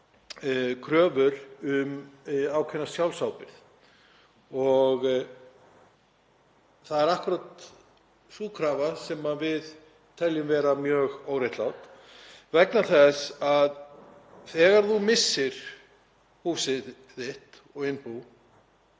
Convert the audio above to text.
kröfur um ákveðna sjálfsábyrgð. Það er akkúrat sú krafa sem við teljum vera mjög óréttláta vegna þess að þegar þú missir húsið þitt og innbú